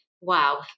Wow